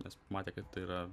nes matė kad tai yra